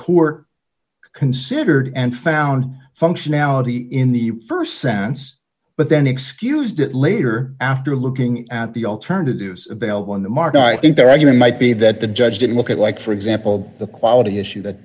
court considered and found functionality in the st sense but then excused it later after looking at the alternatives available on the market i think their argument might be that the judge didn't look at like for example the quality issue that